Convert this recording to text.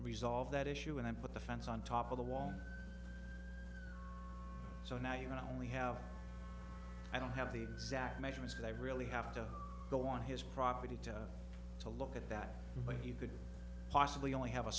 resolve that issue and i put the fence on top of the wall so now you not only have i don't have the exact measurements but i really have to go on his property to to look at that but you could possibly only have a